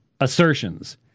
assertions